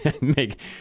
Make